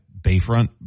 Bayfront